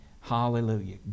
Hallelujah